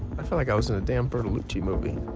i felt like i was in a damn bertolucci movie.